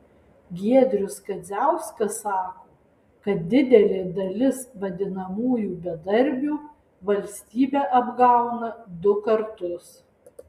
giedrius kadziauskas sako kad didelė dalis vadinamųjų bedarbių valstybę apgauna du kartus